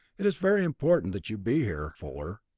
it is very important that you be here, fuller.